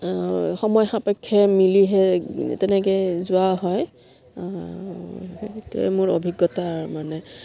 সময় সাপেক্ষে মিলিহে তেনেকৈ যোৱা হয় সেইটোৱে মোৰ অভিজ্ঞতা আৰু মানে